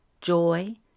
joy